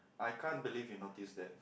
I can't believe you notice that